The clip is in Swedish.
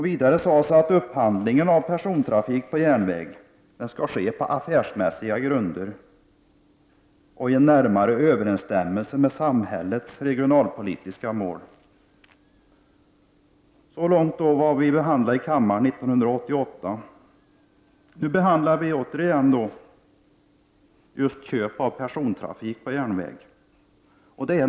Vidare sades att upphandlingen av person Så långt vad kammaren behandlade 1988. Nu behandlar vi åter frågan om köp av persontrafik på järnväg.